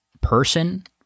person